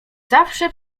zawsze